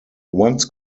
once